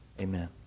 amen